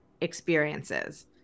experiences